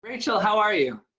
rachel, how are you?